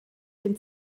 den